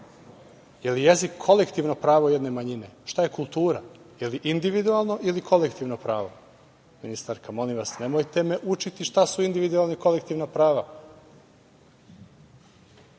li je jezik kolektivno pravo jedne manjine? Šta je kultura? Da li je individualno ili kolektivno pravo? Ministarka, molim vas nemojte me učiti šta su individualna i kolektivna prava. Dakle,